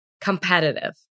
competitive